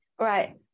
Right